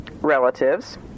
relatives